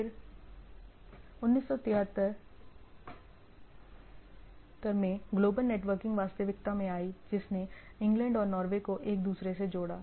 फिर 1973 में global networking वास्तविकता में आई जिसने इंग्लैंड और नॉर्वे को एक दूसरे से जोड़ा